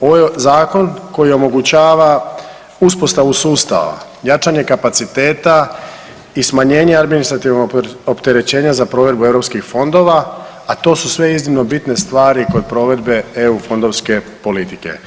Ovo je zakon koji omogućava uspostavu sustava, jačanje kapaciteta i smanjenje administrativnog opterećenja za provedbu europskih fondova, a to su sve iznimno bitne stvari kod provedbe EU-fondovske politike.